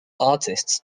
artists